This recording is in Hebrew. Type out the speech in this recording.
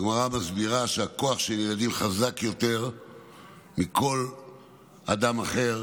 הגמרא מסבירה שהכוח של ילדים חזק יותר מכל אדם אחר,